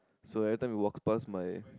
so every time we walk pass my